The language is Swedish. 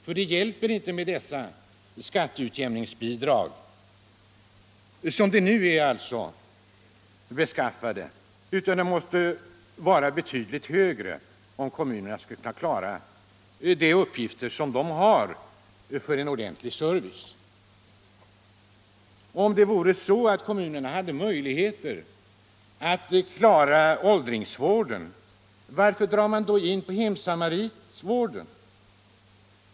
Nej, det hjälper inte med dessa skatteutjämningsbidrag, som de nu är beskaffade. De måste vara betydligt högre, om kommunerna skall kunna upprätthålla en ordentlig service. Nr 62 Om kommunerna hade möjligheter att klara åldringsvården, varför Fredagen den drar de då in på hemsamariterna?